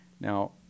Now